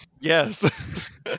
Yes